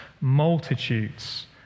multitudes